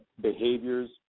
behaviors